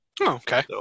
Okay